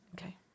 Okay